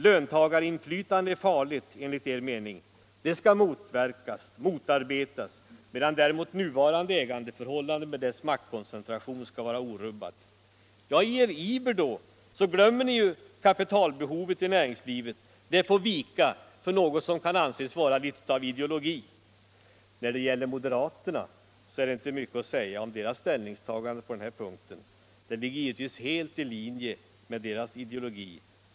Löntagarinflytande är farligt enligt er mening. Det skall motarbetas, medan däremot nuvarande ägandeförhållanden och maktkoncentration skall vara orubbade. I er iver glömmer ni kapitalbehovet i näringslivet. Det får vika för något som kan anses vara något av ideologi. När det gäller moderaterna, så är det inte mycket att säga om deras ställningstagande på den här punkten. Det ligger givetvis helt i linje med deras ideologi.